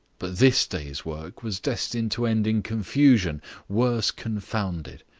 but this day's work was destined to end in confusion worse confounded.